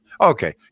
Okay